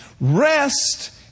Rest